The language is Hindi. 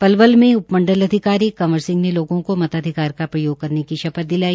पलवल में उपमंडल अधिकारी कंवर सिंह ने लोगों को मताधिकार का प्रयोग करने की शपथ दिलाई